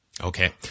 Okay